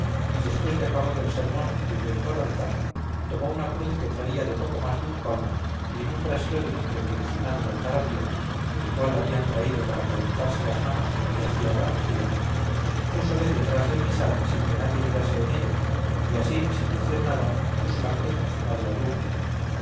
y después de acabado el sermón y vuelto al altar tomó una cruz que traía de poco más de un palmo y en un brasero de lumbre que encima del altar había el cual habían traído para calentarse las manos porque hacía gran frío púsole detrás del misal sin que nadie mirase en ello y allí sin decir nada puso la cruz encima la lumbre